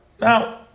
Now